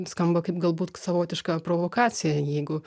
skamba kaip galbūt savotiška provokacija jeigu